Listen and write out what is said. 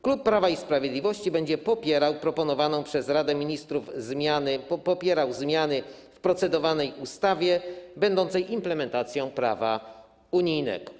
Klub Prawa i Sprawiedliwości będzie popierał proponowane przez Radę Ministrów zmiany ujęte w procedowanej ustawie, będącej implementacją prawa unijnego.